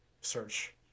search